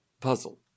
puzzle